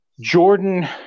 Jordan